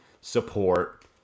support